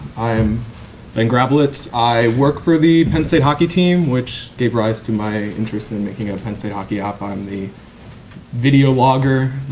i'm ben grablutz. i work for the penn state hockey team. which gave rise to my interest in in making a penn state hockey app. i'm the video logger.